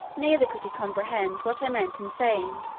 neither could he comprehend what i meant in saying,